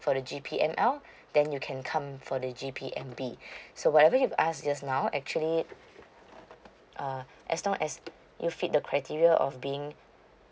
for the G_P_M_L then you can come for the G_P_M_B so whatever you ask just now actually uh as long as you fit the criteria of being